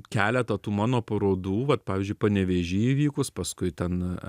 keletą tų mano parodų vat pavyzdžiui panevėžy įvykus paskui ten